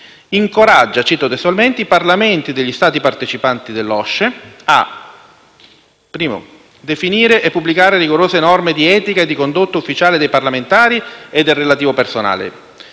«incoraggia i Parlamenti degli Stati partecipanti dell'OSCE a: definire e pubblicare rigorose norme di etica e di condotta ufficiale dei parlamentari e del relativo personale;